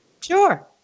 Sure